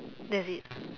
that it